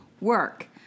work